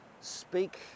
speak